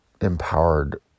empowered